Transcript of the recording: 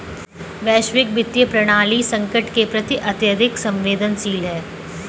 वैश्विक वित्तीय प्रणाली संकट के प्रति अत्यधिक संवेदनशील है